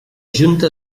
junta